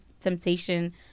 temptation